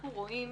אנחנו רואים,